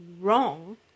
wrong